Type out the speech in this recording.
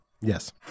Yes